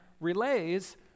relays